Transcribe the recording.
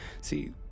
see